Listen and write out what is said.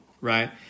right